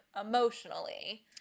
emotionally